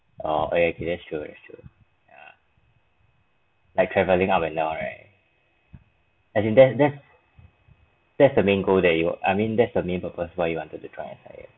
oh I agree that's true that's true ya like travelling up and down right as in that's that's that's the main goal that you I mean that's the main purpose what you wanted to try it right